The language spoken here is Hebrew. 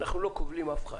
אנחנו לא כובלים אף אחד,